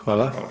Hvala.